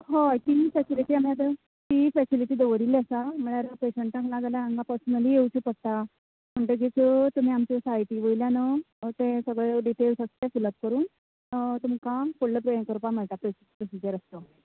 होय तीय फेसिलिटी आमी आतां तीय फेसिलिटी दवरिल्ली आसा म्हळ्यार पैशन्टाक ना जाल्यान हांगा पर्सनली येवचें पडटा म्हणटगेच तुमी आमचे सायटी वयल्यान ते सगळे डिटेल्स आसा ते फिल अप करून तुमका फुडलो हें करपाक मेळटा प्रो प्रोसीजर आसा तो